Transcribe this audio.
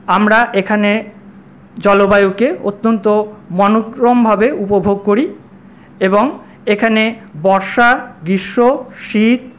আমরা এখানে জলবায়ুকে অত্যন্ত মোনোক্রমভাবে উপভোগ করি এবং এখানে বর্ষা গ্রীষ্ম শীত